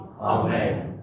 Amen